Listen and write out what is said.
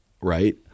right